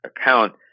account –